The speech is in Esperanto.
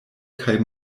kaj